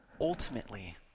Ultimately